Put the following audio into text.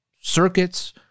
circuits